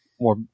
more